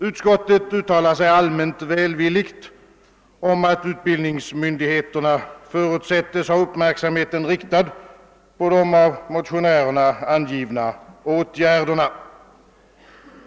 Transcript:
Utskottet uttalar sig allmänt välvilligt om att utbildningsmyndigheterna förutsättes ha uppmärksamheten riktad på de av motionärerna angivna åtgärderna.